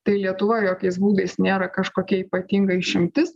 tai lietuva jokiais būdais nėra kažkokia ypatinga išimtis